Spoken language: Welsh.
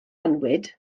annwyd